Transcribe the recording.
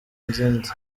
izindi